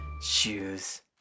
Shoes